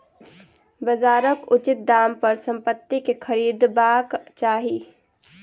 बजारक उचित दाम पर संपत्ति के खरीदबाक चाही